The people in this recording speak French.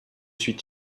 suis